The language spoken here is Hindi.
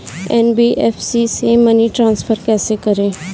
एन.बी.एफ.सी से मनी ट्रांसफर कैसे करें?